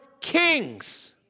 kings